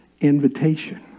invitation